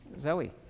Zoe